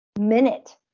minute